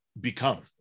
become